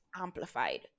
amplified